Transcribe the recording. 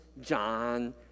John